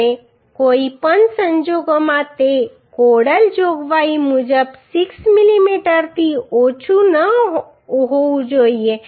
અને કોઈ પણ સંજોગોમાં તે કોડલ જોગવાઈ મુજબ 6 મીમીથી ઓછું ન હોવું જોઈએ